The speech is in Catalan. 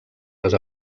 les